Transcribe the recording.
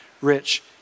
rich